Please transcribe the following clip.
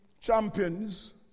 champions